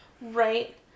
Right